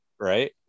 right